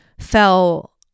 fell